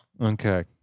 Okay